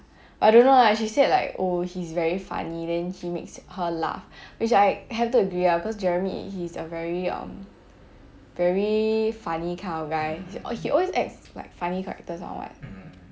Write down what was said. but I don't know lah she said like oh he's very funny then he makes her laugh which I have to agree lah cause jeremy he's a very um very funny kind of guy he always acts like funny characters one what